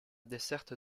desserte